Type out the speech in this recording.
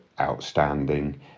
outstanding